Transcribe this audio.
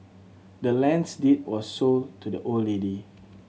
the land's deed was sold to the old lady